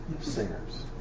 Singers